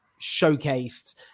showcased